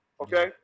okay